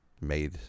made